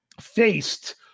faced